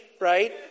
right